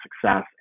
success